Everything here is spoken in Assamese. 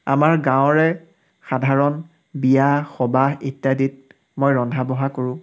আমাৰ গাঁৱৰে সাধাৰণ বিয়া সবাহ ইত্যাদিত মই ৰন্ধা বঢ়া কৰোঁ